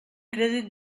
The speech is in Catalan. crèdit